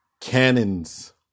cannons